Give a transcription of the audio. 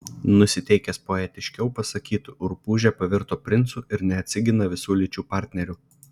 nusiteikęs poetiškiau pasakytų rupūžė pavirto princu ir neatsigina visų lyčių partnerių